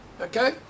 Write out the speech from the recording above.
Okay